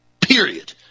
period